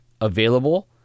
available